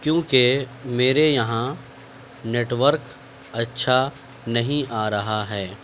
کیونکہ میرے یہاں نیٹورک اچھا نہیں آ رہا ہے